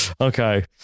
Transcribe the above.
Okay